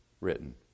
written